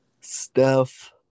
Steph